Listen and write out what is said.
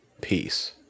Peace